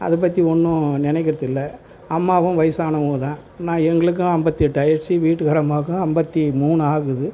அதை பற்றி ஒன்றும் நினக்கிறதில்ல அம்மாவும் வயதானவுங்க தான் நான் எங்களுக்கும் ஐம்பத்தி எட்டாகிருச்சி வீட்டுக்கார அம்மாவுக்கும் ஐம்பத்தி மூணு ஆகுது